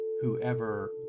whoever